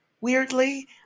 weirdly